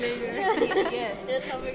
Yes